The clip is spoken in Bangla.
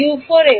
U4 এবং